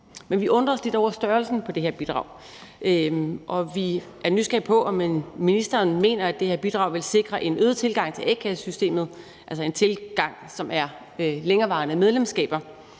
Men vi undrer os lidt over størrelsen på det her bidrag, og vi er nysgerrige på, om ministeren mener, at bidraget vil sikre en øget tilgang til a-kassesystemet, altså en tilgang med længerevarende medlemskaber.